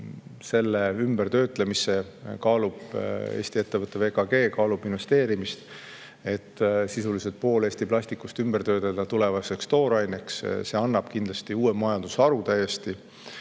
selle ümbertöötlemisse Eesti ettevõte VKG kaalub investeerimist, et sisuliselt pool Eesti plastikust ümber töödelda tulevaseks tooraineks. See annab kindlasti uue majandusharu täiesti.